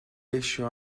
eisiau